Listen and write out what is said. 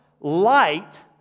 Light